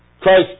Christ